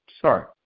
Sorry